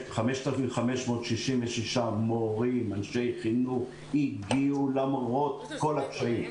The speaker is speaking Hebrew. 5,566 מורים, אנשי חינוך הגיעו למרות כל הקשיים.